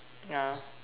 ya